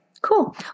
Cool